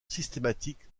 systématique